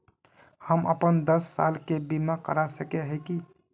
हम अपन दस साल के बीमा करा सके है की?